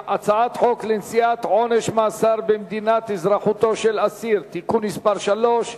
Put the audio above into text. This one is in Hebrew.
הצעת חוק לנשיאת עונש מאסר במדינת אזרחותו של האסיר (תיקון מס' 3),